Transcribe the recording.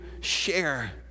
share